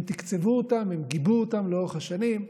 הם תקצבו אותם, הם גיבו אותם לאורך השנים,